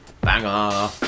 Banger